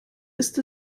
ist